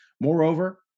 Moreover